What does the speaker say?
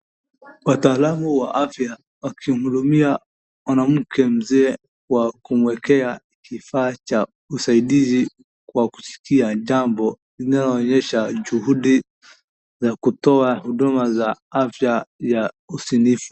Wataalamu wa afya wakimhudumia mwanamke mzee kwa kumwekea kifaa cha usaidizi kwa kusikia jambo linaloonyesha juhudi za kutoa huduma za afya ya usinifu.